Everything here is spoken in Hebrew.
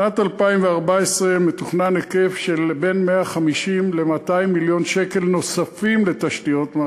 בשנת 2014 מתוכנן היקף של בין 150 ל-200 מיליון שקל נוספים לתשתיות,